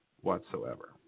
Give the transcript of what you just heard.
whatsoever